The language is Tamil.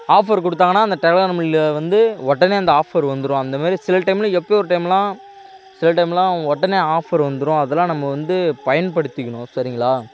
ஆஃபர் கொடுத்தாங்கன்னா அந்த டெலெக்ராமுலல வந்து உடனே அந்த ஆஃபர் வந்துடும் அந்தமாரி சில டைமில் எப்போயோ ஒரு டைம்லாம் சில டைம்லாம் உடனே ஆஃபர் வந்துடும் அதெல்லாம் நம்ம வந்து பயன்படுத்திக்கணும் சரிங்களா